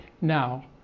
now